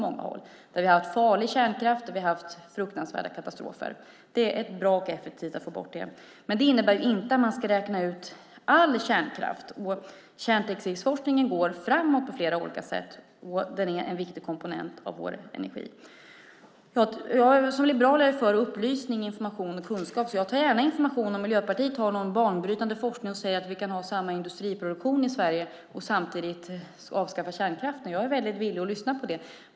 Det har varit farlig kärnkraft och fruktansvärda katastrofer. Det är bra och effektivt att få bort det. Det innebär inte att man ska räkna ut all kärnkraft. Kärntekniksforskningen går framåt på olika sätt. Det är en viktig komponent i vår energi. Som liberal är jag för upplysning, information och kunskap så jag tar gärna emot information om Miljöpartiet har någon banbrytande forskning som säger att vi kan ha samma industriproduktion i Sverige samtidigt som vi avskaffar kärnkraften. Jag är villig att lyssna på det.